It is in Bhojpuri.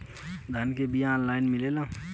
धान के बिया ऑनलाइन मिलेला?